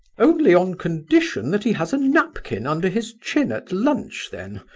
only on condition that he has a napkin under his chin at lunch, then,